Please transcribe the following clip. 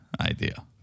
idea